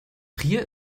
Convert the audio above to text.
trier